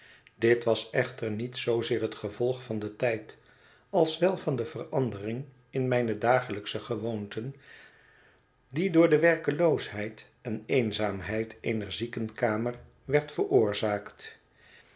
dit was echter niet zoozeer het gevolg van den tijd als wel van de verandering in mijne dagelijksche gewoonten die dooide werkeloosheid en eenzaamheid eener ziekenkamer werd veroorzaakt